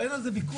אין על זה ויכוח.